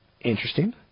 Interesting